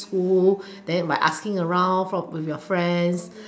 school then by asking around from with your friends